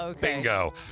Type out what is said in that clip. Bingo